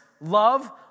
love